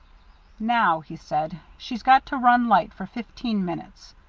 now, he said, she's got to run light for fifteen minutes.